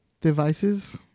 devices